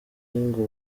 ngo